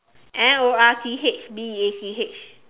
N O R T H B E A C H